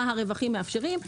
מה הרווחים מאפשרים,